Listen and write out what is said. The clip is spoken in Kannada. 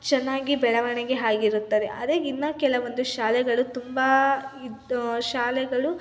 ಚೆನ್ನಾಗಿ ಬೆಳವಣಿಗೆ ಆಗಿರುತ್ತದೆ ಅದೇ ಇನ್ನು ಕೆಲವೊಂದು ಶಾಲೆಗಳು ತುಂಬ ಇದು ಶಾಲೆಗಳು